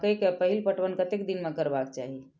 मकेय के पहिल पटवन कतेक दिन में करबाक चाही?